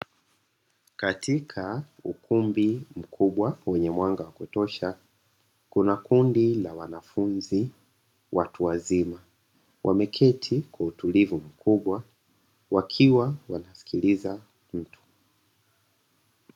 Katika ukumbi mkubwa wenye mwanga wa kutosha, kuna kundi la wanafunzi watu wazima; wameketi kwa utulivu mkubwa, wakiwa wanasikiliza mtu.